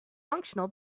functional